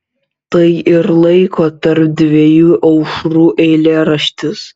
tai ir laiko tarp dviejų aušrų eilėraštis